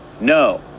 no